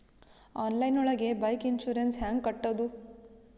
Online ಒಳಗೆ bike insurance ಹ್ಯಾಂಗ್ ಕಟ್ಟುದು?